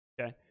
okay